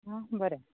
हां बरें